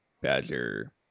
Badger